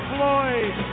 Floyd